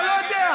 אתה לא יודע.